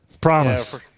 Promise